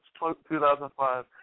2005